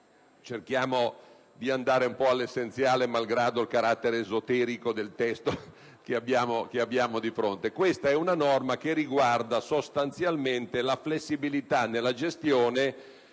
cerchiamo di andare all'essenziale, malgrado il carattere esoterico del testo che abbiamo di fronte - che riguarda sostanzialmente la flessibilità nella gestione